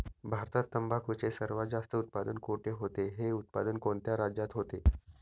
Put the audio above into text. भारतात तंबाखूचे सर्वात जास्त उत्पादन कोठे होते? हे उत्पादन कोणत्या राज्यात होते?